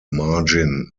margin